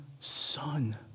son